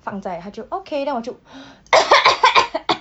放在他就 okay then 我就